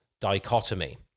dichotomy